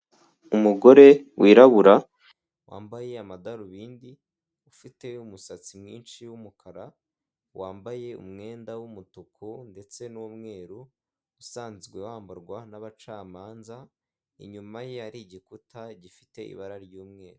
Umugore wirabura wambaye amadarubindi ufite umusatsi mwinshi w'umukara, wambaye umwenda w'umutuku ndetse n'umweru usanzwe wambarwa n'abacamanza, inyuma ye hari igikuta gifite ibara ry'umweru.